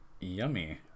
Yummy